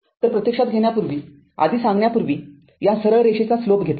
तर प्रत्यक्षात घेण्यापूर्वी आधी सांगण्यापूर्वी या सरळ रेषेचा स्लोप घेतला